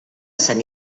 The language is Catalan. sant